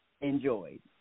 enjoyed